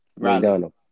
McDonald